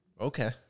Okay